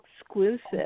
exclusive